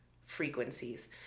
frequencies